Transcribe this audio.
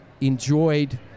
enjoyed